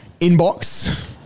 inbox